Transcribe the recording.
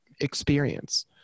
experience